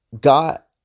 got